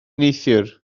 neithiwr